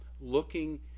looking